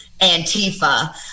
Antifa